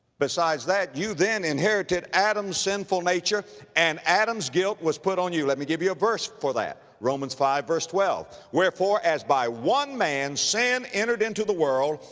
besides that, you then inherited adam's sinful nature and adam's guilt was put on you. let me give you a verse for that. romans five verse twelve, wherefore, as by one man sin entered into the world,